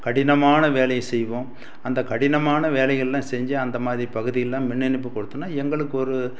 கடினமான வேலையை செய்வோம் அந்த கடினமான வேலைகளெலாம் செஞ்சு அந்தமாதிரி பகுதியிலெலாம் மின் இணைப்பு கொடுத்தோம்னா எங்களுக்கு ஒரு